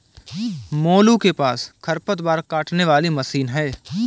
मोलू के पास खरपतवार काटने वाली मशीन है